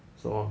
什么